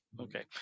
okay